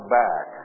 back